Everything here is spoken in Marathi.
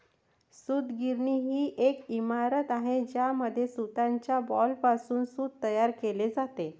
सूतगिरणी ही एक इमारत आहे ज्यामध्ये सूताच्या बॉलपासून सूत तयार केले जाते